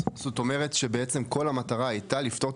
זאת אומרת שבעצם כל המטרה הייתה לפתור את